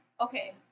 okay